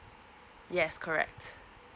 yes correct